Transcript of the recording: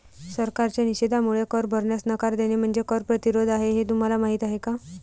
सरकारच्या निषेधामुळे कर भरण्यास नकार देणे म्हणजे कर प्रतिरोध आहे हे तुम्हाला माहीत आहे का